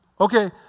Okay